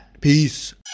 Peace